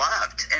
loved